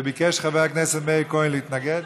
וביקש חבר הכנסת מאיר כהן להתנגד.